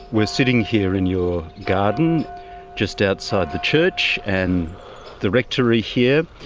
we are sitting here in your garden just outside the church and the rectory here,